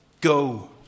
go